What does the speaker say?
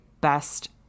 best